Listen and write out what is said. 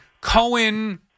Cohen